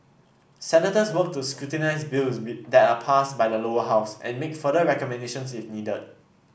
senators work to scrutinise bills be that are passed by the Lower House and make further recommendations if needed